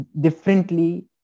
differently